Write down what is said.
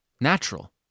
natural